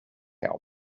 help